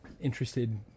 interested